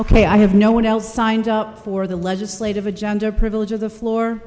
you i have no one else signed up for the legislative agenda or privilege of the floor